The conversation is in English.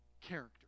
character